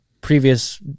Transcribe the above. previous